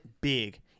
big